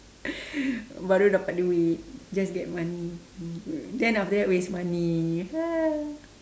baru dapat duit just get money then after that waste money ah